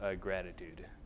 gratitude